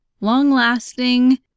long-lasting